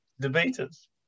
debaters